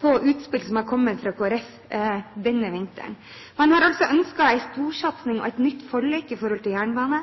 på utspill som har kommet fra Kristelig Folkeparti denne vinteren. Man har altså ønsket en storsatsing på og et nytt forlik om jernbane.